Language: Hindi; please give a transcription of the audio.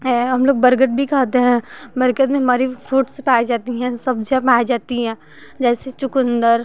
है हम लोग बर्गद भी खाते हैं बर्गद में हमारी फ्रूट्स पाई जाती हैं सब्जियाँ पाई जाती हैं जैसे चुकंदर